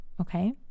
Okay